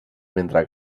mentre